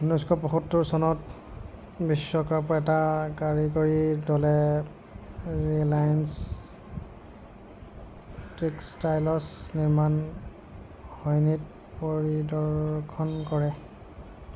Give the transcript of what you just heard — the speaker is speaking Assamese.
উনৈছশ পঁয়সত্তৰ চনত বিশ্বকাপ এটা কাৰিকৰী দলে ৰিলায়েন্স টেক্সটাইলছ নিৰ্মাণ ইউনিট পৰিদৰ্শন কৰে